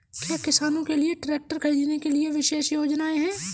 क्या किसानों के लिए ट्रैक्टर खरीदने के लिए विशेष योजनाएं हैं?